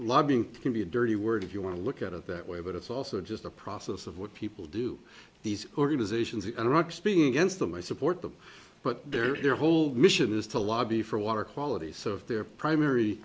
lobbying can be a dirty word if you want to look at it that way but it's also just a process of what people do these organizations in iraq speaking against them i support them but their whole mission is to lobby for water quality so if their primary